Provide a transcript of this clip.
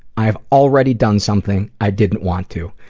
i've already done something i didn't want to.